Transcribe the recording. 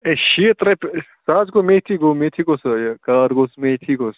ہے شیٖتھ رۄپیہِ سُہ حظ گوٚو مے تھی مے تھی گوٚو سُہ کار گوٚو سُہ مے تھی گوٚو سُہ